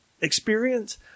experience